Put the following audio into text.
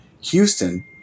Houston